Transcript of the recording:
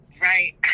Right